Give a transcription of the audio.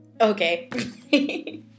Okay